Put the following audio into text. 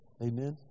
Amen